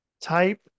type